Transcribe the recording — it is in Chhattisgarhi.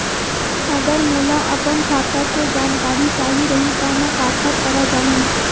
अगर मोला अपन खाता के जानकारी चाही रहि त मैं काखर करा जाहु?